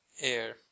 air